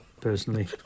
personally